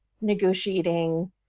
negotiating